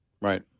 Right